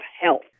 Health